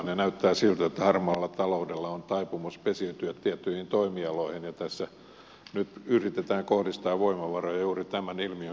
näyttää siltä että harmaalla taloudella on taipumus pesiytyä tiettyihin toimialoihin ja tässä nyt yritetään kohdistaa voimavaroja juuri tämän ilmiön